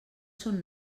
són